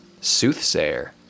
Soothsayer